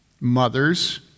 Mothers